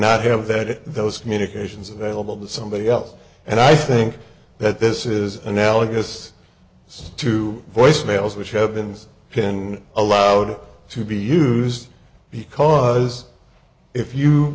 not have that those communications available to somebody else and i think that this is analogous to voice mails which happens been allowed to be used because if you